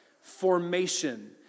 Formation